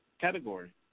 category